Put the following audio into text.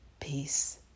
Peace